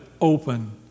open